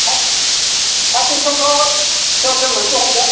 cart पेनसिलखौ दरजन मोनसे हरदो